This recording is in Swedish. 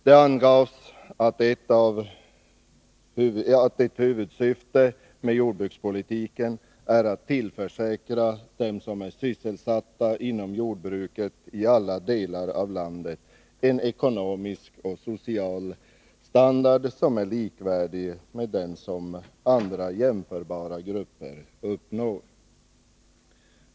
Det angavs att ett huvudsyfte med jordbrukspolitiken är att tillförsäkra dem som är sysselsatta inom jordbruket i alla delar av landet en ekonomisk och social standard, som är likvärdig med den som andra jämförbara grupper uppnår.